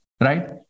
Right